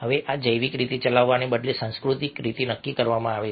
હવે આ જૈવિક રીતે ચલાવવાને બદલે સાંસ્કૃતિક રીતે નક્કી કરવામાં આવે છે